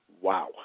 Wow